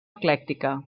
eclèctica